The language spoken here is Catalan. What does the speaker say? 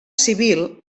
civil